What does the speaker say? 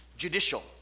Judicial